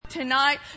Tonight